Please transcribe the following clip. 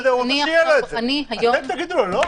למה שאתם תגידו לו לא?